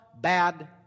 bad